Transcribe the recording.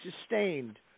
sustained